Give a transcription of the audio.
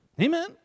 Amen